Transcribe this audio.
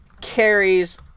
carries